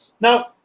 Now